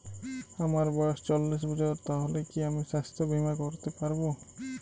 আমার বয়স চল্লিশ বছর তাহলে কি আমি সাস্থ্য বীমা করতে পারবো?